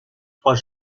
trois